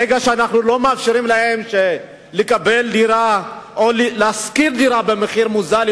ברגע שאנחנו לא מאפשרים להם לקבל דירה או לשכור דירה במחיר מוזל,